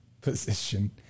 position